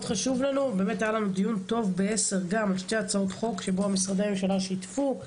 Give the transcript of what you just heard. היה לנו דיון טוב ב-10:00 על שתי הצעות חוק ששני משרדי הממשלה שיתפו,